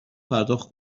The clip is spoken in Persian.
پرداخت